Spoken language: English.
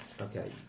Okay